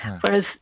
Whereas